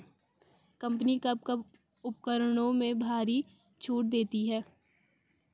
Company कब कब उपकरणों में भारी छूट देती हैं?